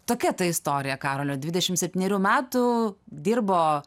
tokia ta istorija karolio dvidešim septynerių metų dirbo